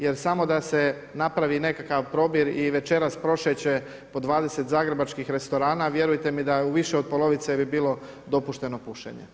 Jer samo da se napravi nekakav probir i večeras prošeće po 20 zagrebačkih restorana vjerujte mi da u više od polovice bi bilo dopušteno pušenje.